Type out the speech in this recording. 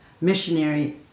missionary